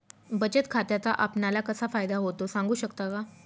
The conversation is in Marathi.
बचत खात्याचा आपणाला कसा फायदा होतो? सांगू शकता का?